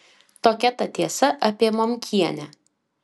tokia ta tiesa apie momkienę